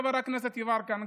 חבר הכנסת יברקן,